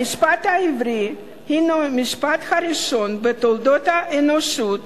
המשפט העברי הינו המשפט הראשון בתולדות האנושות